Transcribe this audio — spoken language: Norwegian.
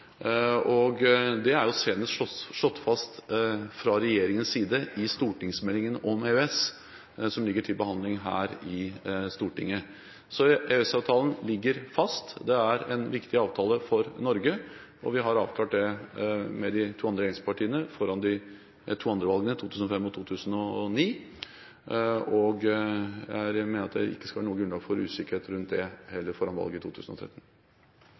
Det er slått fast fra regjeringens side senest i stortingsmeldingen om EØS som ligger til behandling her i Stortinget. EØS-avtalen ligger fast. Det er en viktig avtale for Norge. Vi har avklart det med de to andre regjeringspartiene foran de to forrige valgene – i 2005 og i 2009 – og jeg mener det ikke skal være noe grunnlag for usikkerhet rundt det foran valget i 2013